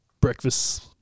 breakfast